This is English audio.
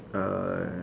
uh